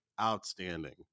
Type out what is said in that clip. outstanding